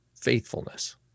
faithfulness